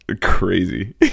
crazy